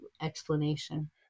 explanation